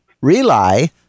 rely